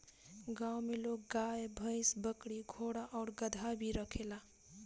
गांव में लोग गाय, भइस, बकरी, घोड़ा आउर गदहा भी रखेला